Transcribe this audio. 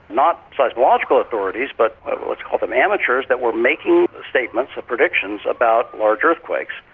not seismological authorities, but ah let's call them amateurs, that were making statements or predictions about large earthquakes.